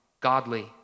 godly